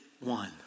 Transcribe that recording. one